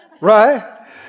right